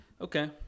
Okay